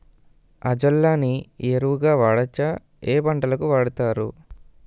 Azolla ని ఎరువు గా వాడొచ్చా? ఏ పంటలకు వాడతారు?